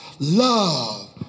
Love